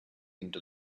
into